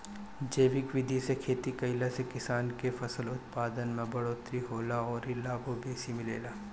जैविक विधि से खेती कईला से किसान के फसल उत्पादन में बढ़ोतरी होला अउरी लाभो बेसी मिलेला